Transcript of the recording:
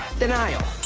denial,